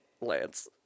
Lance